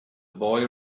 boy